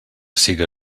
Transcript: siga